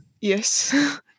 Yes